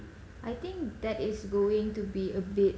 I think that it's going to be a bit